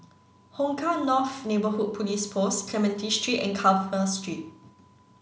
Hong Kah North Neighbourhood Police Post Clementi Street and Carver Street